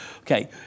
Okay